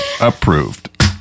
approved